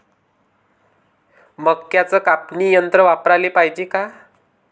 मक्क्याचं कापनी यंत्र वापराले पायजे का?